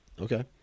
Okay